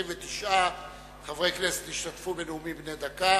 29 חברי כנסת השתתפו בנאומים בני דקה,